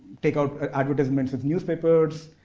take out advertisements with newspapers,